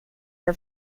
for